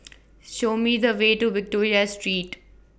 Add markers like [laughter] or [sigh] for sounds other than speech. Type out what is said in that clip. [noise] Show Me The Way to Victoria Street